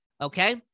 Okay